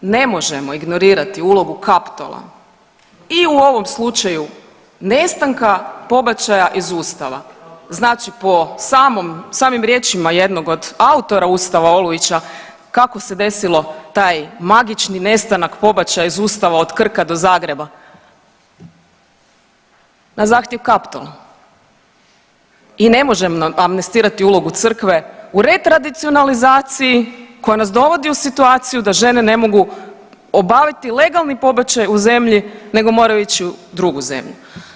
Ne možemo ignorirati ulogu Kaptola i u ovom slučaju nestanka pobačaja iz ustava, znači po samom, samim riječima jednog od autora ustava Olujića kako se desilo taj magični nestanak pobačaja iz ustava od Krka do Zagreba, na zahtjev Kaptola i ne možemo amnestirati ulogu crkve u retradicionalizaciji koja nas dovodi u situaciju da žene ne mogu obaviti legalni pobačaj u zemlji nego moraju ići u drugu zemlju.